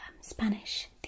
Spanish